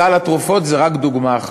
סל התרופות זה רק דוגמה אחת.